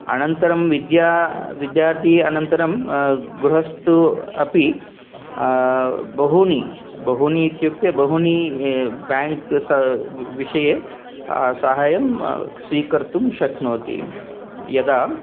अनन्तरं विद्या विद्यार्थी अनन्तरं गृहस्तो अपि बहुनि बहुनि इत्युक्ते बहुनि ब्याङ्क्स विषये सहायं स्वीकर्तुं शक्नोति यदा